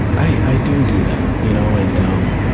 i, i do do that. you know, and, um,